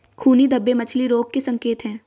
खूनी धब्बे मछली रोग के संकेत हैं